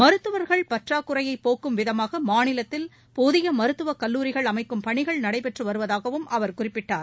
மருத்துவர்கள் பற்றாக்குறையைபோக்கும் விதமாக மாநிலத்தில் புதிய மருத்துவக் கல்லூரிகள் அமைக்கும் பணிகள் நடைபெற்று வருவதாகவும் அவர் குறிப்பிட்டார்